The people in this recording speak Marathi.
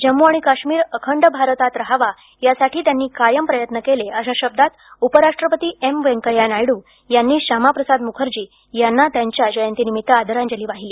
जम्मू आणि काश्मिर अखंड भारतात रहावा यासाठी त्यांनी कायम प्रयत्न केले अशा शब्दांत उपराष्ट्रपती एम वैंकय्या नायडू यांनी शामा प्रसाद मुखर्जी यांना त्यांच्या जयंतीनिमित्त आदरांजली वाहिली